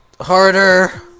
Harder